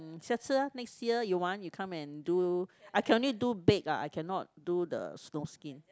mm 下次 ah next year you want you come and do I can only do baked lah I cannot do the snowskin